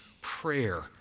prayer